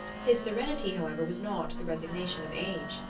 his serenity, however, was not the resignation of age.